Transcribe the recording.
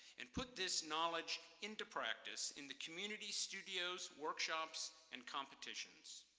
and put this knowledge into practice in the community studios, workshops, and competitions.